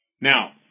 Now